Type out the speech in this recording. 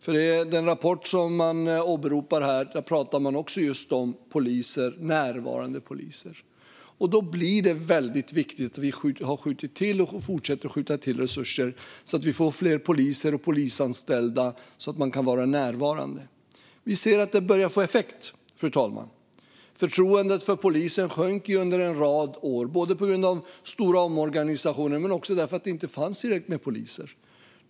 I den rapport som åberopades talas det om närvarande poliser, och då är det viktigt att vi fortsätter att skjuta till resurser så att vi får fler polisanställda och fler närvarande poliser. Vi ser att detta börjar få effekt. Förtroendet för polisen sjönk under en rad år, både på grund av stora omorganisationer och för att det inte fanns tillräckligt med poliser.